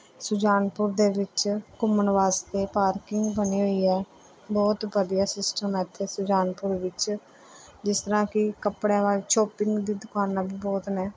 ਸੁਜਾਨਪੁਰ ਦੇ ਵਿੱਚ ਘੁੰਮਣ ਵਾਸਤੇ ਪਾਰਕਿੰਗ ਬਣੀ ਹੋਈ ਹੈ ਬਹੁਤ ਵਧੀਆ ਸਿਸਟਮ ਇੱਥੇ ਸੁਜਾਨਪੁਰ ਵਿੱਚ ਜਿਸ ਤਰ੍ਹਾਂ ਕਿ ਕੱਪੜਿਆਂ ਦਾ ਸ਼ੋਪਿੰਗ ਦੀ ਦੁਕਾਨਾਂ ਵੀ ਬਹੁਤ ਨੇ